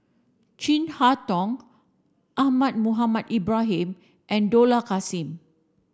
Chin Harn Tong Ahmad Mohamed Ibrahim and Dollah Kassim